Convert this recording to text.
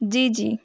जी जी